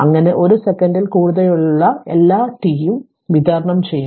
അങ്ങനെ ഒരു സെക്കൻഡിൽ കൂടുതലുള്ള എല്ലാ t നും വിതരണം ചെയ്യുന്നു